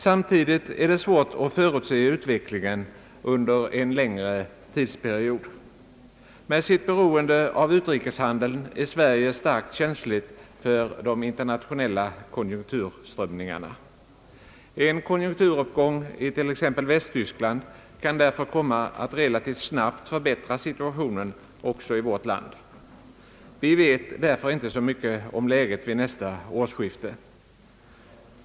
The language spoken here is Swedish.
Samtidigt är det svårt att förutse utvecklingen för en längre tidsperiod. Med sitt beroende av utrikeshandeln är Sverige starkt känsligt för de internationella konjunkturströmningarna. En konjunkturuppgång i t.ex. Västtysk land kan därför komma att relativt snabbt förbättra situationen också i vårt land. Vi vet därför inte så mycket om läget vid nästa årsskifte.